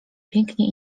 pięknie